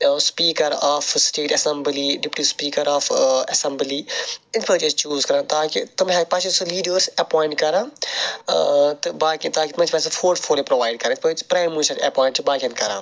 speaker of state assembly deputy speaker of assembly اِتھ پٲٹھۍ چھِ أسۍ چوٗز کَران تاکہ تم ہیٚکن پَتہٕ چھِ تِم لیٖڈرس ایٚپویِنٹ کَران تہٕ باقین تمن چھ طَتہٕ سُہ پورٹفولیٚو پرووایڈ کَران اِتھ پٲٹھۍ پرایم منسٹڑ چھُ ایٚپویِنٹ باقیَن کَران